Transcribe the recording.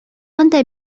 анда